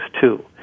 two